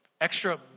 extra